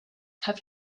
have